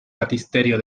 baptisterio